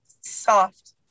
Soft